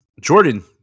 Jordan